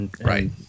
Right